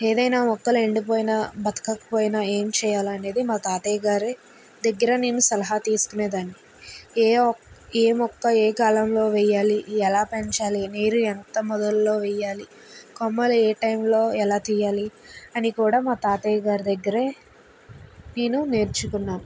ఏదైనా మొక్కలు ఎండిపోయిన బతకకపోయిన ఏం చేయాలి అనేది మా తాతయ్య గారి దగ్గర నేను సలహా తీసుకునే దాన్ని ఏ ఏ మొక్క ఏ కాలంలో వేయాలి ఎలా పెంచాలి నీరు ఎంత మొదల్లో వేయాలి కొమ్మలు ఏ టైంలో ఎలా తీయాలి అని కూడా మా తాతయ్య గారి దగ్గర నేను నేర్చుకున్నాను